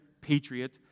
patriot